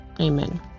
Amen